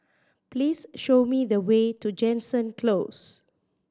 please show me the way to Jansen Close